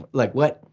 like what.